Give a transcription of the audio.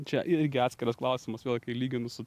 čia irgi atskiras klausimas vėl kai lyginu su